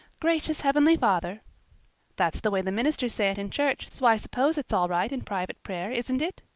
gracious heavenly father that's the way the ministers say it in church, so i suppose it's all right in private prayer, isn't it?